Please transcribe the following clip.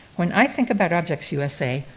when i think about objects usa,